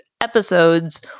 episodes